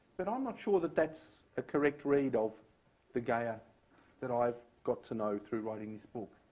but i'm not sure that that's a correct read of the gaia that i've got to know through writing this book.